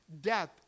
Death